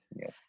Yes